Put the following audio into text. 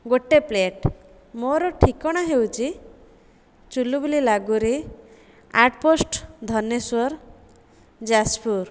ଗୋଟେ ପ୍ଲେଟ୍ ମୋର ଠିକଣା ହେଉଛି ଚୂଲୁବୁଲି ଲାଗୁରି ଆଟ୍ ପୋଷ୍ଟ ଧନେଶ୍ୱର ଯାଜପୁର